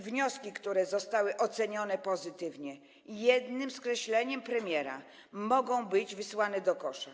wnioski, które zostały ocenione pozytywnie, jednym skreśleniem premiera mogą być wysłane do kosza?